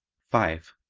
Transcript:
five.